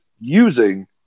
using